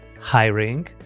hiring